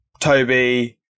Toby